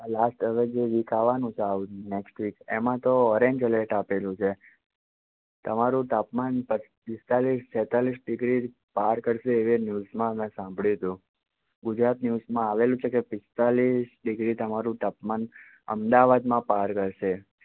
last હવે જે week આવવાનું છે આવતી નેક્સ્ટ વીક એમાં તો ઓરેન્જ એલર્ટ આપેલું છે તમારું તાપમાન પ પિસ્તાલીસ છેતાલીસ ડિગ્રી પાર કરશે એવી ન્યુઝમાં મેં સાંભળ્યું હતું ગુજરાત ન્યુઝમાં આવેલું છે કે પિસ્તાલીસ ડિગ્રી તમારું તાપમાન અમદાવાદમાં પાર કરશે